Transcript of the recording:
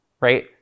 right